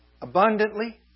Abundantly